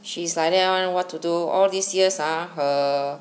she's like that [one] what to do all these years ah her